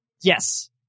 Yes